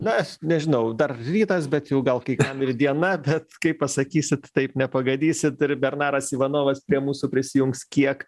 na nežinau dar rytas bet jau gal kai kam ir diena bet kaip pasakysit taip nepagadinsit ir bernaras ivanovas prie mūsų prisijungs kiek